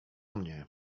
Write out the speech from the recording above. mnie